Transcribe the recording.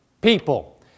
people